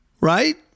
right